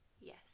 Yes